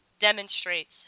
demonstrates